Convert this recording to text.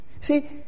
See